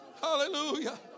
Hallelujah